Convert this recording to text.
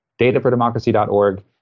DataForDemocracy.org